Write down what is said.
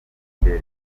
imbere